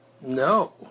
no